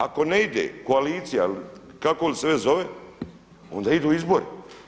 Ako ne ide koalicija ili kako li se već zove onda idu izbori.